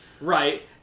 Right